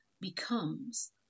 becomes